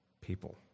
people